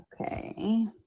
Okay